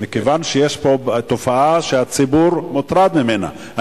מכיוון שיש פה תופעה שהציבור מוטרד ממנה,